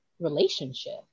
relationship